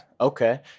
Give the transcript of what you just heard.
Okay